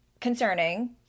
concerning